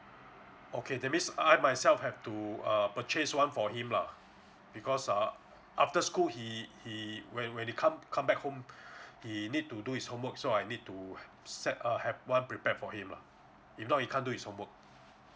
okay that means I myself have to uh purchase one for him lah because uh after school he he when when he come come back home he need to do his homework so I need to set uh have one prepared for him lah if not he can't do his homework